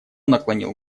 наклонил